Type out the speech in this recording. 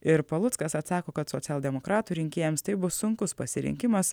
ir paluckas atsako kad socialdemokratų rinkėjams tai bus sunkus pasirinkimas